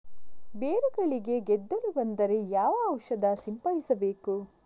ಬೇರುಗಳಿಗೆ ಗೆದ್ದಲು ಬಂದರೆ ಯಾವ ಔಷಧ ಸಿಂಪಡಿಸಬೇಕು?